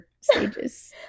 stages